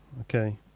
okay